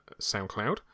SoundCloud